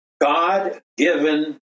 God-given